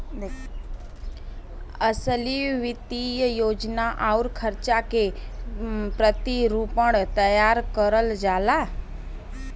असली वित्तीय योजना आउर खर्चा के प्रतिरूपण तैयार करल जाला